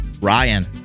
Ryan